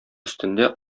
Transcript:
өстендә